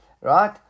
right